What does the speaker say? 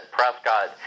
Prescott